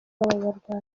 abanyarwanda